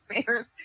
spares